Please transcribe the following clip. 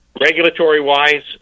Regulatory-wise